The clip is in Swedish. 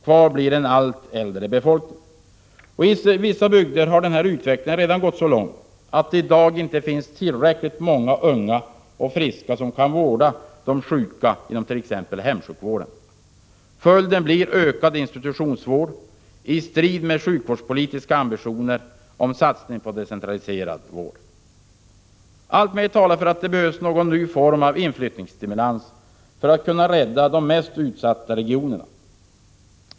Kvar blir en allt äldre befolkning. I vissa bygder har denna utveckling redan gått så långt att det i dag inte finns tillräckligt många ungdomar och friska som kan vårda de sjuka inom t.ex. hemsjukvården. Följden blir ökad institutionsvård, i strid med de sjukvårds politiska ambitionerna om satsning på en decentraliserad vård. Alltmer talar för att det behövs någon form av ”inflyttningsstimulans” för att kunna rädda de mest utsatta regionerna.